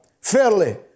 fairly